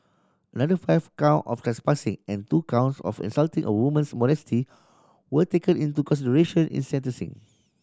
another five count of trespassing and two counts of insulting a woman's modesty were taken into consideration in sentencing